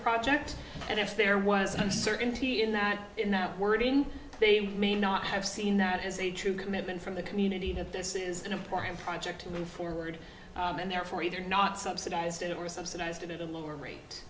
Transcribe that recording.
project and if there was uncertainty in that in that wording they may not have seen that as a true commitment from the community that this is an important project going forward and therefore either not subsidized it or subsidized it at a lower